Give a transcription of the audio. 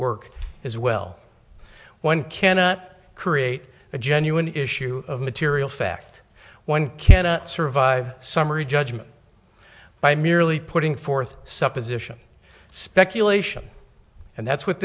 work as well one cannot create a genuine issue of material fact one cannot survive summary judgment by merely putting forth supposition speculation and that's what